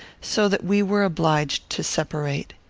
so that we were obliged to separate.